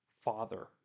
Father